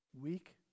Weak